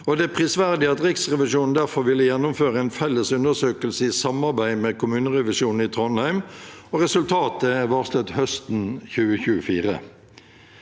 Det er prisverdig at Riksrevisjonen derfor vil gjennomføre en felles undersøkelse i samarbeid med kommunerevisjonen i Trondheim, og resultatet er varslet høsten 2024.